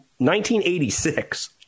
1986